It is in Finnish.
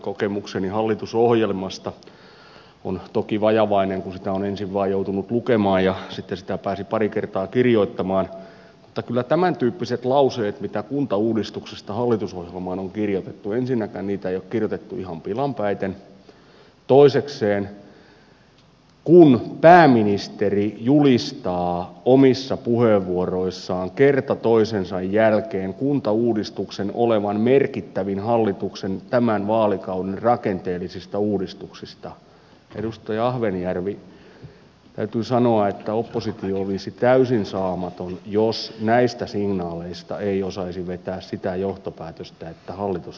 kokemukseni hallitusohjelmasta on toki vajavainen kun sitä on ensin vaan joutunut lukemaan ja sitten sitä pääsi pari kertaa kirjoittamaan mutta ensinnäkään kyllä tämäntyyppisiä lauseita joita kuntauudistuksesta hallitusohjelmaan on kirjoitettu ei ole kirjoitettu ihan pilan päiten ja toisekseen kun pääministeri julistaa omissa puheenvuoroissaan kerta toisensa jälkeen kuntauudistuksen olevan merkittävin hallituksen tämän vaalikauden rakenteellisista uudistuksista niin edustaja ahvenjär vi täytyy sanoa että oppositio olisi täysin saamaton jos näistä signaaleista ei osaisi vetää sitä johtopäätöstä että hallitus olisi tosissaan